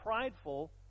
prideful